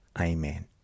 Amen